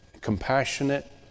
compassionate